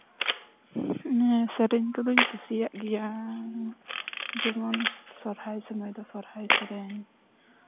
ᱥᱮᱨᱮᱧ ᱠᱚᱫᱚᱧ ᱠᱩᱥᱤᱭᱟᱜ ᱜᱮᱭᱟ ᱡᱮᱢᱚᱱ ᱥᱚᱨᱦᱟᱭ ᱥᱚᱢᱚᱭ ᱫᱚ ᱥᱚᱨᱦᱟᱭ ᱥᱮᱨᱮᱧ